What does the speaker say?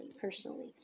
personally